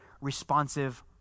responsive